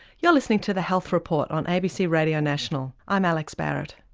you're listening to the health report on abc radio national, i'm alex barratt.